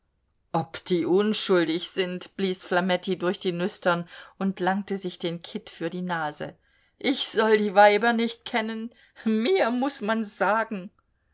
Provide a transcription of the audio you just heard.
ob die unschuldig sind blies flametti durch die nüstern und langte sich den kitt für die nase ich soll die weiber nicht kennen mir muß man's sagen